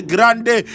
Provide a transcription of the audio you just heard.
Grande